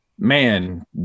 man